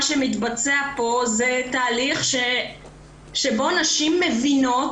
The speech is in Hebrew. שמתבצע פה זה תהליך שבו נשים מבינות,